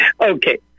Okay